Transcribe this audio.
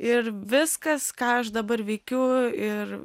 ir viskas ką aš dabar veikiu ir